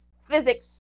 physics